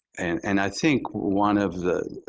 and and i think one of the